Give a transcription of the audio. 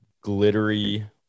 glittery